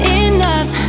enough